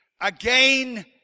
again